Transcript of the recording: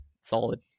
solid